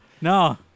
No